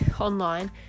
online